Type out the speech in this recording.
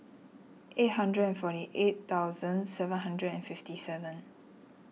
eight hundred and forty eight thousand seven hundred and fifty seven